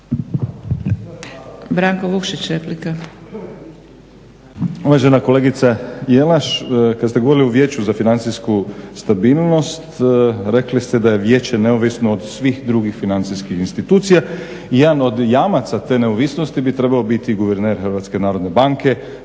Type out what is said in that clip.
Branko Vukšić, replika.